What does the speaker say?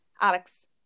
Alex